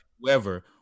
whoever